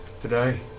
today